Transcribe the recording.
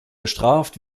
bestraft